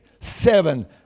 seven